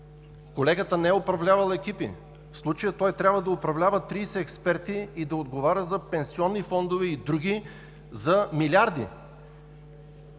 колегата не е управлявал екипи, а в случая трябва да управлява 30 експерти, да отговаря за пенсионни фондове и други – за милиарди.